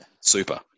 Super